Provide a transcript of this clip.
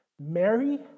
Mary